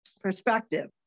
perspective